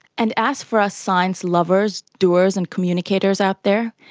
and as for us science lovers, doers and communicators out there,